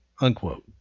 unquote